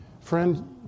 friend